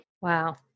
Wow